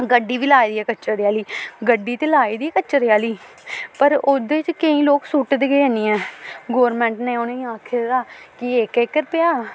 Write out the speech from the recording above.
गड्डी बी लाई दी ऐ कचरे आह्ली गड्डी ते लाई दी कचरे आह्ली पर ओह्दे च केईं लोक सुट्टदे गै निं ऐ गौरमैंट ने उ'नेंगी आक्खे दा कि इक इक रपेआ